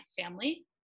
family